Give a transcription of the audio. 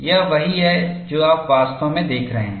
यह वही है जो आप वास्तव में देख रहे हैं